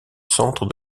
centre